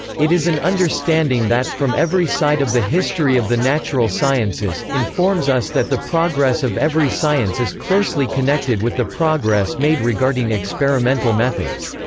it is an understanding that, from every side of the history of the natural sciences, informs us that the progress of every science is closely connected with the progress made regarding experimental methods.